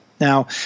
Now